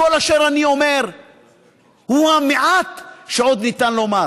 כל אשר אני אומר הוא המעט שעוד ניתן לומר.